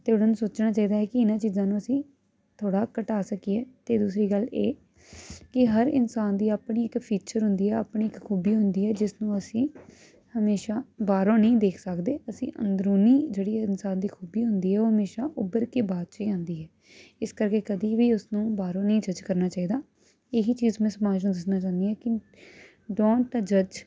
ਤੇ ਉਹਨਾਂ ਨੇ ਸੋਚਣਾ ਚਾਹੀਦਾ ਕੀ ਇਹਨਾਂ ਚੀਜ਼ਾਂ ਨੂੰ ਅਸੀਂ ਥੋੜਾ ਘਟਾ ਸਕੀਏ ਤੇ ਦੂਸਰੀ ਗੱਲ ਇਹ ਕਿ ਹਰ ਇਨਸਾਨ ਦੀ ਆਪਣੀ ਇੱਕ ਫੀਚਰ ਹੁੰਦੀ ਹੈ ਆਪਣੀ ਇੱਕ ਖੂਬੀ ਹੁੰਦੀ ਹੈ ਜਿਸਨੂੰ ਅਸੀਂ ਹਮੇਸ਼ਾ ਬਾਹਰੋਂ ਨੀ ਦੇਖ ਸਕਦੇ ਅਸੀਂ ਅੰਦਰੂਨੀ ਜਿਹੜੀ ਇਨਸਾਨ ਦੀ ਖੂਬੀ ਹੁੰਦੀ ਐ ਉਹ ਹਮੇਸ਼ਾ ਉਭਰ ਕੇ ਬਾਅਦ ਚ ਈ ਆਂਦੀ ਹੈ ਇਸ ਕਰਕੇ ਕਦੀ ਵੀ ਉਸਨੂੰ ਬਾਹਰੋਂ ਨਹੀਂ ਜੱਜ ਕਰਨਾ ਚਾਹੀਦਾ ਇਹ ਹੀ ਚੀਜ਼ ਮੈਂ ਸਮਾਜ ਨੂੰ ਦੱਸਣਾ ਚਾਹੁੰਦੀ ਹਾਂ ਕਿ ਡੋਂਟ ਅ ਜੱਜ